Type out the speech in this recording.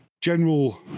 General